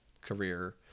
career